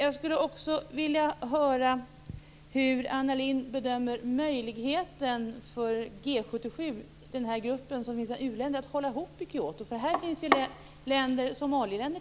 Jag skulle också vilja höra hur Anna Lindh bedömer möjligheten för G 77, gruppen av u-länder, att hålla ihop i Kyoto, för där ingår ju t.ex. oljeländer.